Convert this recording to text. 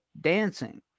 dancing